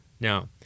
Now